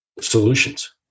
solutions